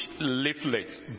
leaflets